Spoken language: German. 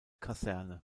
kaserne